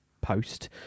post